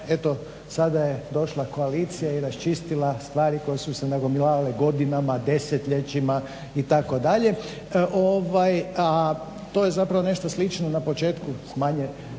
eto sada je došla koalicija i raščistila stvari koje su se nagomilavale godinama, desetljećima itd. A to je zapravo nešto slično na početku s manje